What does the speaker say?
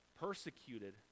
persecuted